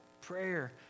prayer